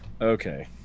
Okay